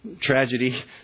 tragedy